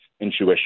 intuition